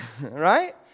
right